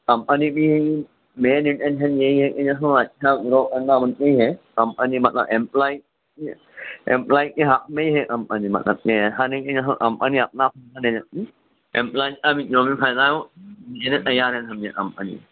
company کی main intention یہی ہے کہ جو ہے سو اچھا گرو کرنا بول کے ہی ہے امپنی مطلب ایمپلائی ایمپلائی کے حق میں ہی ہے امپنی مطلب کہ ہر ایک کو جو ہے سو امپنی اپنا اپنا دے دیتی ایمپلائیز کا بھی جو بھی فائدہ ہے وہ دینے تیار ہے سمجھیے کمپنی